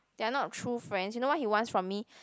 they are not true friends you know what he wants from me